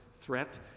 threat